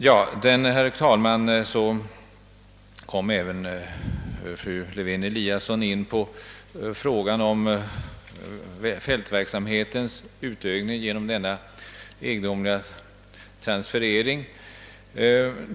Sedan, herr talman, kom fru Lewén Eliasson även in på frågan om fältverksamhetens utökning genom denna egendomliga transferering.